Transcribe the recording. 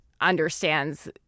understands